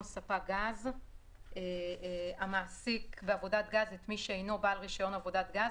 ספק גז המעסיק בעבודת גז את מי שאינו בעל רישיון עבודת גז,